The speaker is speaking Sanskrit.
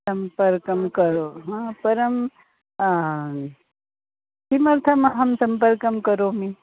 सम्पर्कं करोतु हा परं किमर्थमहं सम्पर्कं करोमि